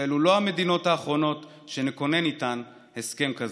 שאלו לא המדינות האחרונות שנכונן איתן הסכם כזה.